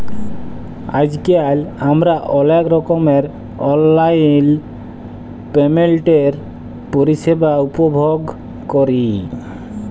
আইজকাল আমরা অলেক রকমের অললাইল পেমেল্টের পরিষেবা উপভগ ক্যরি